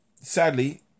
sadly